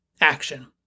action